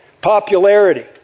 popularity